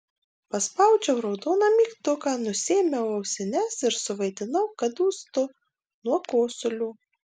paspaudžiau raudoną mygtuką nusiėmiau ausines ir suvaidinau kad dūstu nuo kosulio